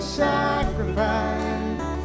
sacrifice